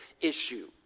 issue